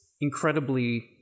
incredibly